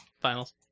finals